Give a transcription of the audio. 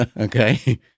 okay